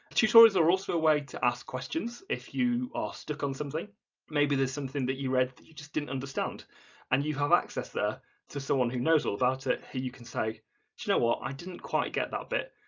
tutorials are also a way to ask questions if you are stuck on something maybe there's something that you read that you just didn't understand and you have access there to someone who knows all about it, who you can say you know what, i didn't quite get that bit,